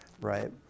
right